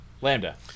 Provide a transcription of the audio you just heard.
Lambda